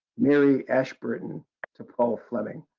mary ashburton to paul flemming.